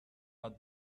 but